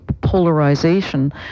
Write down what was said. polarization